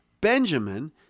Benjamin